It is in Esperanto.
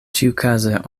ĉiukaze